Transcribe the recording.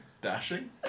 Dashing